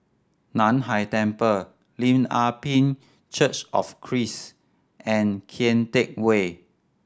Nan Hai Temple Lim Ah Pin Church of Christ and Kian Teck Way